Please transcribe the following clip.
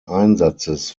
einsatzes